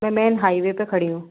मैं main highway पे खड़ी हूँ